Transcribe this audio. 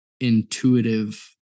intuitive